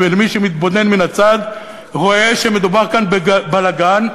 מי שמתבונן מהצד רואה שמדובר כאן בבלגן,